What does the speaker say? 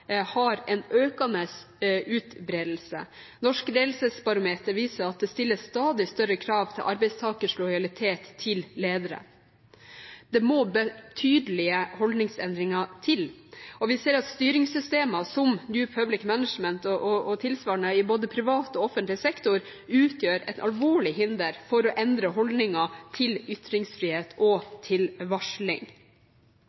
har en økende utbredelse. Norsk Ledelsesbarometer viser at det stilles stadig større krav til arbeidstakernes lojalitet til ledere. Det må betydelige holdningsendringer til. Vi ser også at styringssystemer som New Public Management og tilsvarende i både privat og offentlig sektor utgjør et alvorlig hinder for å endre holdninger til ytringsfrihet og